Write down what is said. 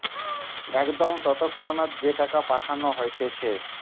একদম তৎক্ষণাৎ যে টাকা পাঠানো হতিছে